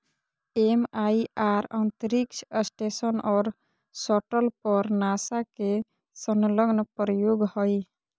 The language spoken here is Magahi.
एम.आई.आर अंतरिक्ष स्टेशन और शटल पर नासा के संलग्न प्रयोग हइ